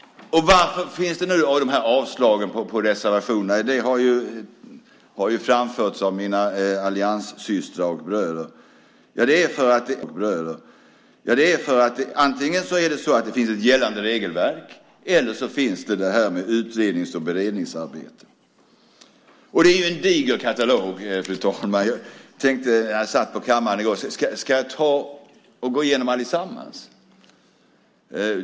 Varför finns nu dessa avslag på reservationerna? Det har framförts av mina allianssystrar och bröder. Antingen finns det ett gällande regelverk eller så finns det utrednings och beredningsarbete. Det är en diger katalog, fru talman. När jag satt på kammaren i går tänkte jag om jag skulle ta och gå igenom allesammans.